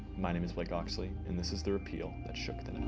my name is blake oxley, and this is the repeal that shook the net.